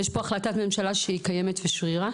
יש פה החלטת ממשלה שהיא קיימת ושרירה,